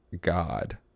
god